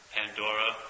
Pandora